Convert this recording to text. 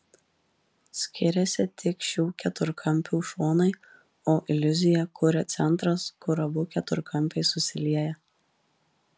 skiriasi tik šių keturkampių šonai o iliuziją kuria centras kur abu keturkampiai susilieja